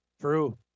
True